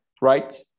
right